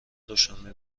دوشنبه